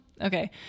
okay